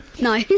No